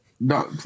No